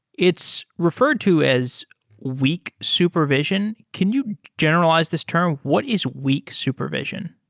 it's referred to as week supervision. can you generalize this term? what is week supervision?